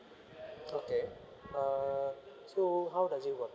okay uh so how does it work